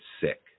sick